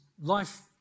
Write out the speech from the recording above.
life